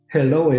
Hello